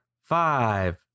five